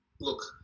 Look